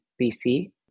BC